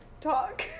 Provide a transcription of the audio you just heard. Talk